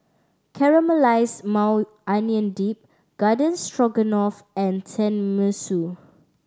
Caramelized Maui Onion Dip Garden Stroganoff and Tenmusu